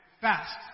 fast